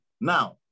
Now